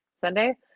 Sunday